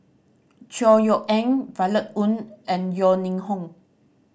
Chor Yeok Eng Violet Oon and Yeo Ning Hong